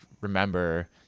remember